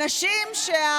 אנשים,